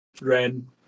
Ren